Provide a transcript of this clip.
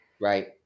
Right